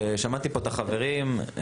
שמעתי פה את החברים.